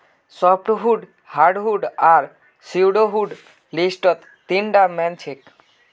softwood hardwood आर pseudowood लिस्टत तीनटा मेन छेक